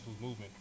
movement